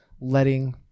letting